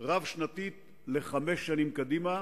רב-שנתית לחמש שנים קדימה.